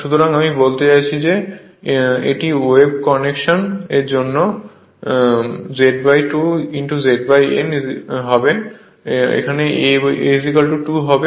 সুতরাং আমি বলতে চাচ্ছি এটি ওয়েভ কানেকশন এর জন্য এটি Z 2 Z N A 2 হবে